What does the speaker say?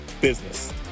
business